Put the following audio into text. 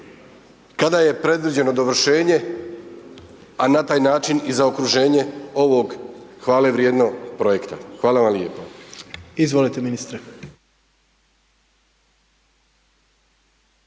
kada je predviđeno dovršenje, a na taj način i zaokruženje ovog hvale vrijednog projekta. Hvala vam lijepa. **Jandroković,